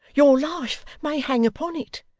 your life may hang upon it